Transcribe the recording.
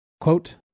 Quote